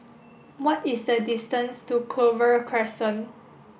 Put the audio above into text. what is the distance to Clover Crescent